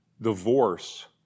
divorce